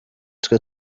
twe